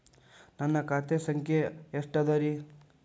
ನನ್ನ ಖಾತೆ ಸಂಖ್ಯೆ ಎಷ್ಟ ಅದರಿ?